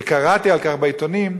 וקראתי על כך בעיתונים,